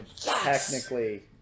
Technically